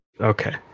Okay